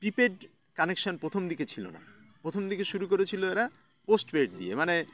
prepaid connection প্রথম দিকে ছিল না প্রথম দিকে শুরু করেছিলো এরা পোস্টপেড দিয়ে মানে